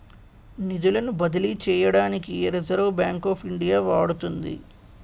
నిధులను బదిలీ చేయడానికి రిజర్వ్ బ్యాంక్ ఆఫ్ ఇండియా వాడుతుంది